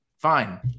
Fine